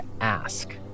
ask